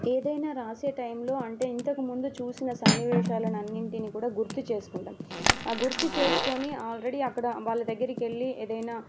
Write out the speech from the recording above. ఏదైనా వ్రాసే టైంలో అంటే ఇంతకముందు చూసిన సన్నివేశాలు అన్నింటిని కూడా గుర్తు చేసుకుంటాను ఆ గుర్తు చేసుకొని ఆల్రెడీ అక్కడ వాళ్ళ దగ్గరికి వెళ్ళి ఏదైనా